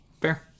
Fair